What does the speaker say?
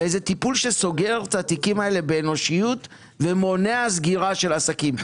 ואיזה טיפול שסוגר את התיקים האלה באנושיות ומונע סגירה של עסקים.